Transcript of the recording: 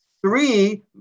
three